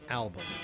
album